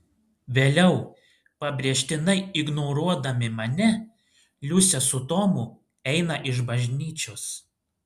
vėliau pabrėžtinai ignoruodami mane liusė su tomu eina iš bažnyčios